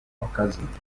okazinta